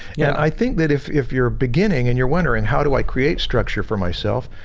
yeah i think that if if you are beginning and you are wondering, how do i create structure for myself,